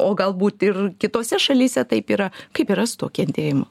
o galbūt ir kitose šalyse taip yra kaip yra su tuo kentėjimu